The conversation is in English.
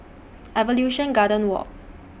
Evolution Garden Walk